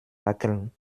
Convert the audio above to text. wackeln